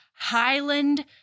Highland